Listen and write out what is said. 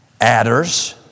adders